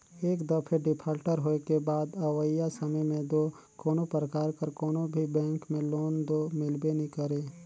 एक दफे डिफाल्टर होए के बाद अवइया समे में दो कोनो परकार कर कोनो भी बेंक में लोन दो मिलबे नी करे